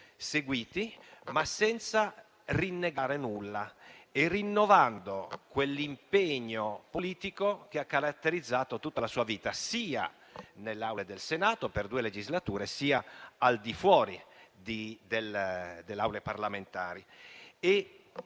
si erano seguiti, rinnovando quell'impegno politico che ha caratterizzato tutta la sua esistenza sia nell'Aula del Senato, per due legislature, sia al di fuori delle Aule parlamentari.